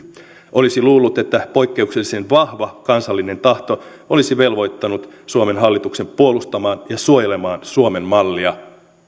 olisi luullut että poikkeuksellisen vahva kansallinen tahto olisi velvoittanut suomen hallituksen puolustamaan ja suojelemaan suomen mallia